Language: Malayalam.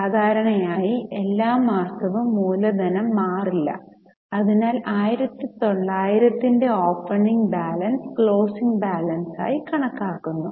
സാധാരണയായി എല്ലാ മാസവും മൂലധനം മാറില്ല അതിനാൽ 1900 ന്റെ ഓപ്പണിംഗ് ബാലൻസ് ക്ലോസിംഗ് ബാലൻസായി കണക്കാക്കുന്നു